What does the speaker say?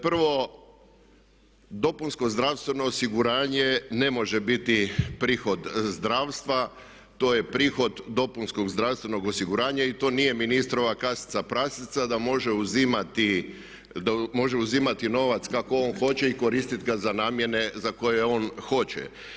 Prvo, dopunsko zdravstveno osiguranje ne može biti prihod zdravstva, to je prihod dopunskog zdravstvenog osiguranja i to nije ministrova kasica prasica da može uzimati novac kako on hoće i koristit ga za namjene za koje on hoće.